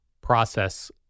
process